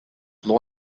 law